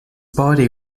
body